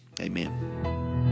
amen